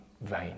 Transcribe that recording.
vain